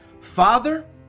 Father